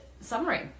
summary